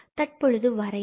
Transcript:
தற்பொழுது வரையறை